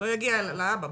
יגיע לאבא בכלל.